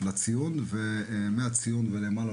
לציון ומהציון ולמעלה,